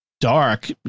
dark